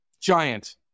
Giant